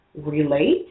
relate